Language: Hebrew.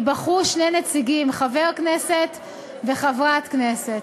ייבחרו שני נציגים, חבר כנסת וחברת כנסת.